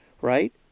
right